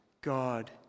God